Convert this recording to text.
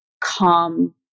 calm